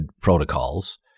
protocols